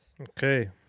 Okay